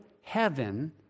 heaven